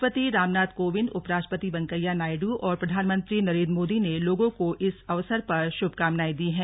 राष्ट्रपति रामनाथ कोविंद उप राष्ट्रपति वेंकैया नायड़् और प्रधानमंत्री नरेंद्र मोदी ने लोगों को इस अवसर पर शुभकामनाएं दी है